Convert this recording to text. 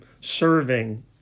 serving